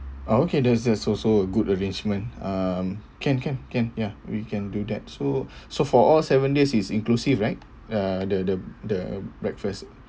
ah okay that's that's also a good arrangement um can can can ya we can do that so so for all seven days is inclusive right uh the the the breakfast